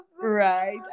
right